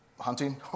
hunting